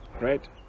right